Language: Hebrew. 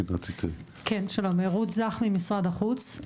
משרד החוץ.